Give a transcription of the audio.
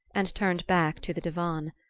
and turned back to the divan.